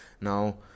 now